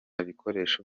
n’ibikoresho